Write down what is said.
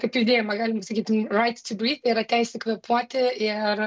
kaip judėjimą galima sakyti rait to bryf tai yra teisė kvėpuoti ir